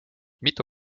mitu